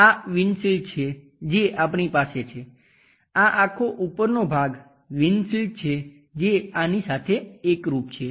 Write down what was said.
આ વિન્ડશિલ્ડ છે જે આપણી પાસે છે આ આખો ઉપરનો ભાગ વિન્ડશિલ્ડ છે જે આની સાથે એકરુપ છે